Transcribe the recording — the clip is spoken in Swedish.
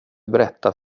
berättat